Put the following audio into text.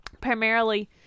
primarily